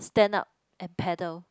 stand up and paddle